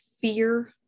fear